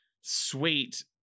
sweet